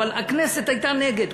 אבל הכנסת הייתה נגד,